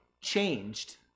changed